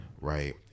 Right